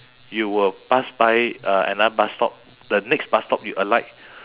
you will pass by uh another bus stop the next bus stop you alight